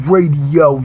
Radio